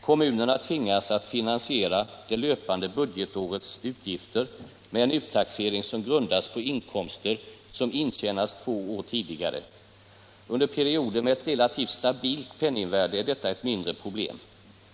Kommunerna tvingas att finansiera det löpande budgetårets utgifter med en uttaxering som grundas på inkomster som intjänats två år tidigare. Under perioder med ett stabilt penningvärde är detta ett mindre problem.